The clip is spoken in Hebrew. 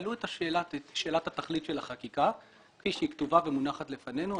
העלו את שאלת התכלית של החקיקה כפי שהיא כתובה ומונחת לפנינו.